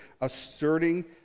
asserting